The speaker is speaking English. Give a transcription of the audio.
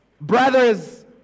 Brothers